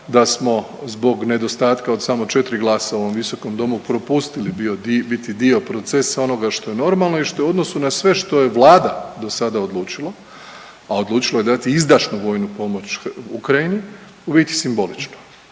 da smo zbog nedostatka od samo 4 glasa u ovom visokom domu propustili biti dio procesa onoga što je normalno i što je u odnosu na sve što je Vlada dosada odlučila, a odlučila je dati izdašnu vojnu pomoć Ukrajini u biti simbolično